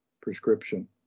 prescription